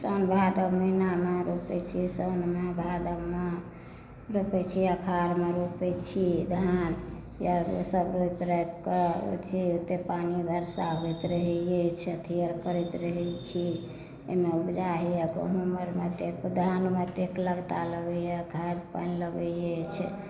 सोन भादब महीनामे रोपै छियै सोनमे भादबमे रोपै छियै अखाढ़मे रोपै छियै धान इहए सब रोपि रापिके ओहि चलतै पानि बरसा होइत रहै अछि अथी करैत रहै छी एहिमे उपजा होइए गहूॅंम आरमे तऽ धानमे अतेक लगता लगैए खाद पानि लगै अछि